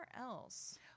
else